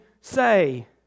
say